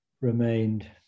remained